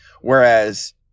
Whereas